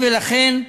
ולכן,